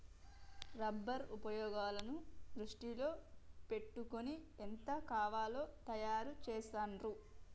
rubber ఉపయోగాలను దృష్టిలో పెట్టుకొని ఎంత కావాలో తయారు చెస్తాండ్లు